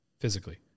physically